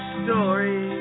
story